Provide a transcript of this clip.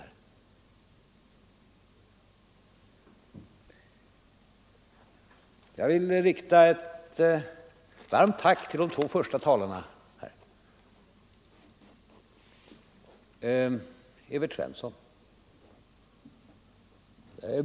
— Nr 127 Jag vill rikta ett varmt tack till de två första talarna, Evert Svensson Fredagen den och fru Jonäng.